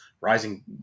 rising